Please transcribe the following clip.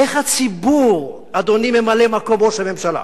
איך הציבור, אדוני ממלא-מקום ראש הממשלה,